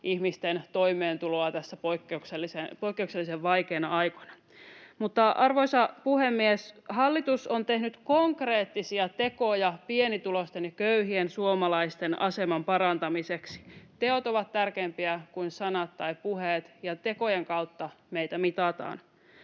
ihmisten toimeentuloa näinä poikkeuksellisen vaikeina aikoina. Mutta, arvoisa puhemies, hallitus on tehnyt konkreettisia tekoja pienituloisten ja köyhien suomalaisten aseman parantamiseksi. Teot ovat tärkeämpiä kuin sanat tai puheet, ja tekojen kautta meitä mitataan.